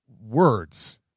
words